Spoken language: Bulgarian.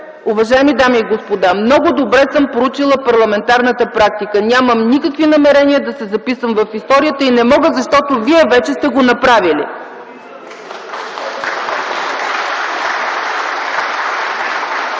Уважаеми дами и господа, много добре съм проучила парламентарната практика. Нямам никакви намерения да се записвам в историята, а и не мога, защото вие вече сте го направили.